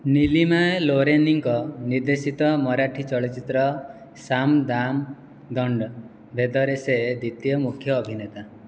ନୀଲିମା ଲୋନାରିଙ୍କ ନିର୍ଦ୍ଦେଶିତ ମରାଠୀ ଚଳଚ୍ଚିତ୍ର ସାମ ଦାମ ଦଣ୍ଡ ଭେଦରେ ସେ ଦ୍ୱିତୀୟ ମୁଖ୍ୟ ଅଭିନେତା